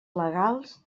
legals